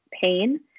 pain